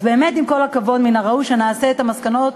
אז באמת, עם כל הכבוד, מן הראוי שנסיק את המסקנות,